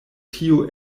tio